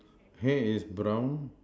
hair is brown